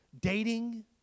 dating